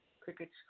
Cricket